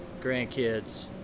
grandkids